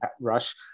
rush